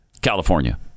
California